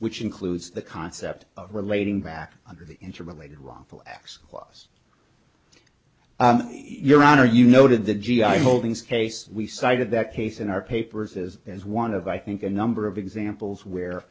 which includes the concept of relating back under the interrelated wrongful acts clause your honor you noted the g i holdings case we cited the case in our papers as as one of i think a number of examples where